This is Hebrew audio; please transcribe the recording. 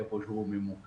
איפה שהוא ממוקם.